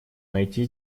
найти